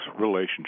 relationship